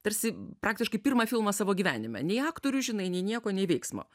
tarsi praktiškai pirmą filmą savo gyvenime nei aktorių žinai nei nieko nei veiksmo